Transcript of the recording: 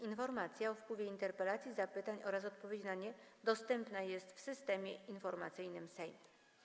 Informacja o wpływie interpelacji, zapytań oraz odpowiedzi na nie dostępna jest w Systemie Informacyjnym Sejmu.